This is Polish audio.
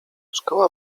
szkoła